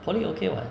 poly okay [what]